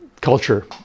culture